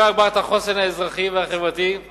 את הגברת החוסן האזרחי והחברתי ואת